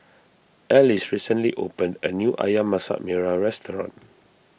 Alys recently opened a new Ayam Masak Merah Restaurant